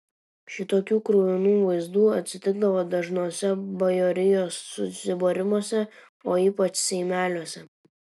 šitokių kruvinų vaizdų atsitikdavo dažnuose bajorijos susibūrimuose o ypač seimeliuose